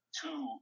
two